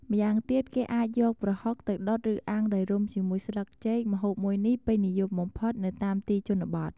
ម្យ៉ាងទៀតគេអាចយកប្រហុកទៅដុតឬអាំងដោយរុំជាមួយស្លឹកចេក ម្ហូបមួយនេះពេញនិយមបំផុតនៅតាមទីជនបទ។